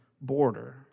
border